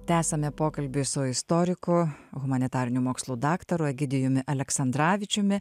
tęsiame pokalbį su istoriku humanitarinių mokslų daktaru egidijumi aleksandravičiumi